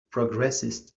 progressist